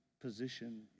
position